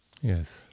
Yes